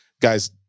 Guys